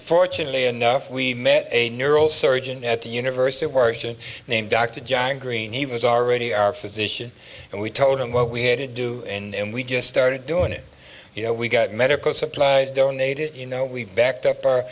fortunately enough we met a neural surgeon at the university of oregon named dr john green he was already our physician and we told him what we had to do and we just started doing it you know we got medical supplies donated you know we backed up our